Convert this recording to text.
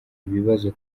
ibibazo